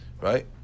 Right